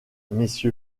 mrs